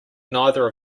neither